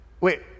wait